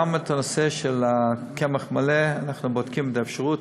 גם בנושא של קמח מלא אנחנו בודקים את האפשרות.